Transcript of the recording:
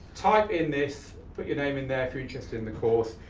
type in this, put your name in there if you're interested in the course.